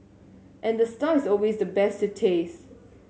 and the star is always the best to taste